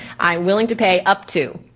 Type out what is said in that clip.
i'm willing to pay up to,